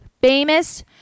famous